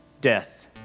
death